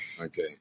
okay